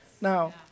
Now